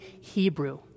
Hebrew